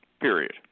period